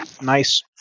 nice